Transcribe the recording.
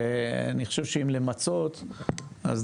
היה